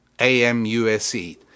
A-M-U-S-E